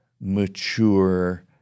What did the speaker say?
mature